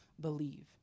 believe